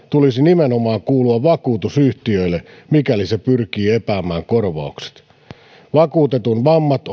tulisi nimenomaan kuulua vakuutusyhtiölle mikäli se pyrkii epäämään korvaukset vakuutetun vammat